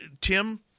Tim